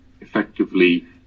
effectively